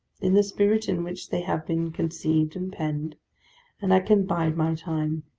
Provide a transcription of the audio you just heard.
in the spirit in which they have been conceived and penned and i can bide my time.